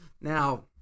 Now